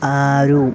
ఆరు